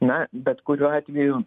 na bet kuriuo atveju